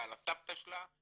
ועל הסבתא שלה,